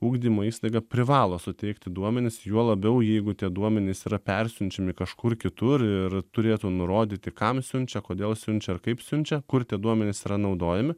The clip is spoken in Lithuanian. ugdymo įstaiga privalo suteikti duomenis juo labiau jeigu tie duomenys yra persiunčiami kažkur kitur ir turėtų nurodyti kam siunčia kodėl siunčia ar kaip siunčia kur tie duomenys yra naudojami